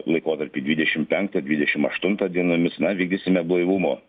laikotarpį dvidešimt penktą dvidešimt aštuntą dienomis na vykdysime blaivumo